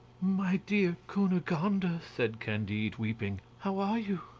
my dear cunegonde, said candide, weeping, how are you?